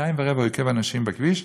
שעתיים ורבע הוא עיכב אנשים בכביש,